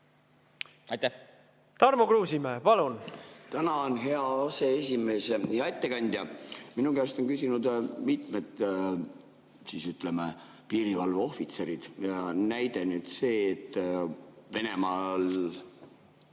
palun! Tarmo Kruusimäe, palun!